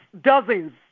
dozens